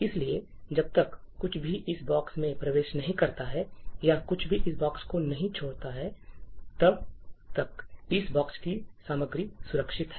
इसलिए जब तक कुछ भी इस बॉक्स में प्रवेश नहीं करता है या कुछ भी इस बॉक्स को नहीं छोड़ता है तब तक इस बॉक्स की सामग्री सुरक्षित है